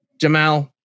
Jamal